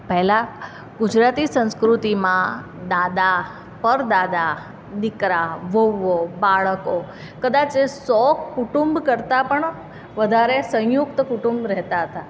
પહેલાં ગુજરાતી સંસ્કૃતિમાં દાદા પરદાદા દીકરા વહુઓ બાળકો કદાચ એ સો કુટુંબ કરતાં પણ વધારે સંયુક્ત કુટુંબ રહેતા હતા